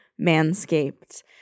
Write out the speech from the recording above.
Manscaped